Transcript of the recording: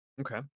okay